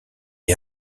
est